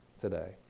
today